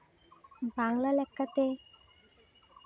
ᱵᱟᱝᱞᱟ ᱞᱮᱠᱟᱛᱮ